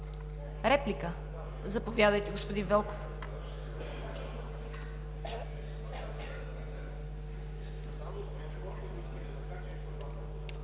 Реплики? Заповядайте, господин Велков.